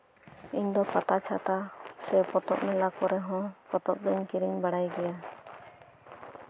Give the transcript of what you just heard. ᱯᱟᱛᱟ ᱪᱷᱟᱛᱟ ᱥᱮ ᱯᱚᱛᱚᱵ ᱢᱮᱞᱟ ᱠᱚᱨᱮ ᱦᱚᱸ ᱯᱚᱛᱚᱵ ᱫᱳᱧ ᱠᱤᱨᱤᱧ ᱵᱟᱲᱟᱭ ᱜᱮᱭᱟ